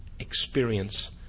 experience